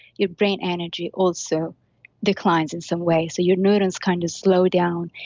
your brain energy also declines in some way. so, your neurons kind of slow down.